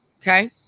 Okay